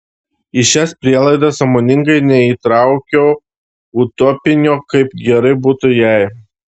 į šias prielaidas sąmoningai neįtraukiau utopinio kaip gerai būtų jei